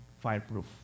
Fireproof